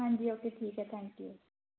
ਹਾਂਜੀ ਓਕੇ ਠੀਕ ਹੈ ਥੈਂਕ ਯੂ